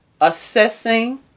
assessing